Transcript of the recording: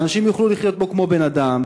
שאנשים יוכלו לחיות בו כמו בני-אדם,